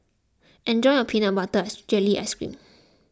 enjoy your Peanut Butter Jelly Ice Cream